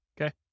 Okay